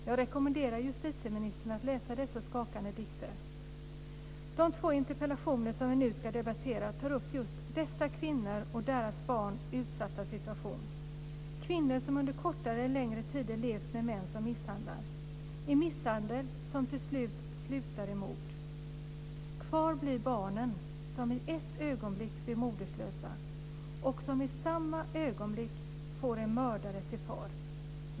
Jag rekommenderar justitieministern att läsa dessa skakande dikter. De två interpellationer som vi nu ska debattera tar upp just dessa kvinnors och deras barns utsatta situation. Det handlar om kvinnor som under kortare eller längre tid levt med män som misshandlar - en misshandel som ibland slutar i mord. Kvar blir barnen som i ett ögonblick blir moderlösa och som i samma ögonblick får en mördare till far.